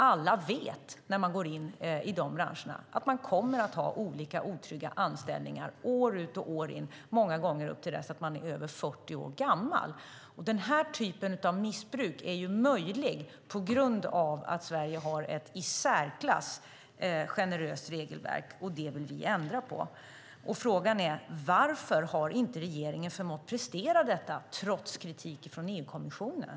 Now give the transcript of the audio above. Alla vet att när man går in i de branscherna kommer man att ha otrygga anställningar år ut och år in, många gånger upp till dess att man är över 40 år gammal. Den här typen av missbruk är möjlig på grund av att Sverige har ett i särklass generöst regelverk, och det vill vi ändra på. Frågan är: Varför har inte regeringen förmått prestera detta trots kritik från EU-kommissionen?